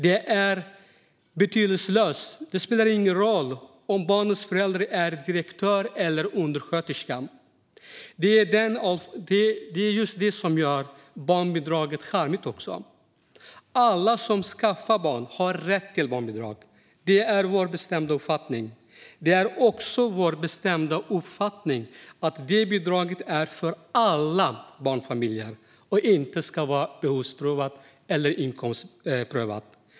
Det är betydelselöst om barnets förälder är direktör eller undersköterska. Det är just detta som är charmen med barnbidraget: Alla som skaffar barn har rätt till barnbidrag - det är vår bestämda uppfattning. Det är också vår bestämda uppfattning att detta bidrag är för alla barnfamiljer och att det inte ska vara behovsprövat eller inkomstprövat.